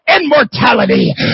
immortality